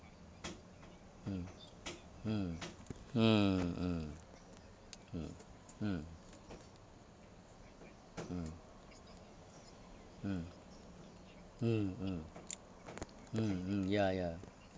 mm mm mm mm mm mm mm mm mm mm mm mm ya ya